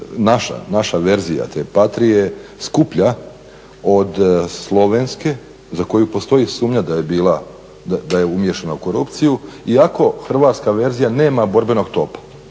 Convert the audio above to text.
naša verzija te Patrie skuplja od slovenske za koju postoji sumnja da je umiješana u korupciju, iako hrvatska verzija nema borbenog topa.